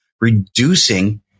reducing